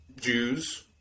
Jews